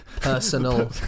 personal